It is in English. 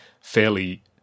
fairly